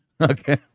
Okay